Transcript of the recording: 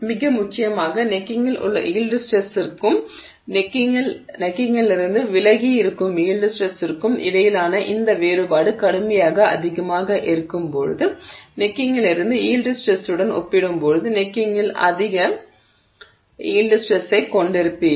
மிக முக்கியமாக கழுத்தில் உள்ள யீல்டு ஸ்ட்ரெஸ்ஸிற்கும் கழுத்திலிருந்து விலகி வரும் யீல்டு ஸ்ட்ரெஸ்ஸிற்கும் இடையிலான இந்த வேறுபாடு கடுமையாக அதிகமாக இருக்கும்போது கழுத்திலிருந்து யீல்டு ஸ்ட்ரெஸ்ஸுடன் ஒப்பிடும்போது கழுத்தில் அதிக யீல்டு ஸ்ட்ரெஸ்ஸைக் கொண்டிருக்கிறீர்கள்